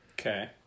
Okay